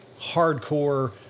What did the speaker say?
hardcore